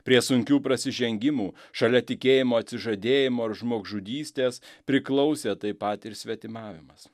prie sunkių prasižengimų šalia tikėjimo atsižadėjimo ir žmogžudystės priklausė taip pat ir svetimavimas